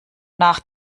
nach